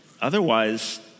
otherwise